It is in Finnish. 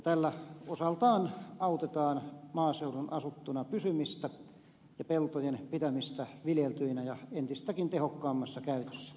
tällä osaltaan autetaan maaseudun asuttuna pysymistä ja peltojen pitämistä viljeltyinä ja entistäkin tehokkaammassa käytössä